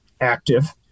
active